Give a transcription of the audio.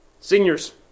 Seniors